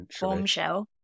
bombshell